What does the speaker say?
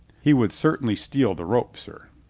he would certainly steal the rope, sir.